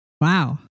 Wow